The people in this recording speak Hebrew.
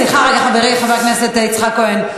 סליחה, רגע, חברי חבר הכנסת יצחק כהן.